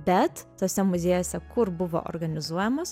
bet tuose muziejuose kur buvo organizuojamos